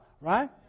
Right